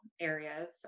areas